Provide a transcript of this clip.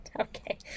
Okay